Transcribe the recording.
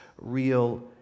real